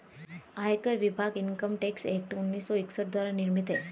आयकर विभाग income tax act उन्नीस सौ इकसठ द्वारा नियमित है